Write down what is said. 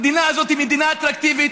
המדינה הזאת היא מדינה אטרקטיבית,